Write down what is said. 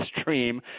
stream